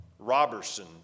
Roberson